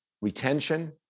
retention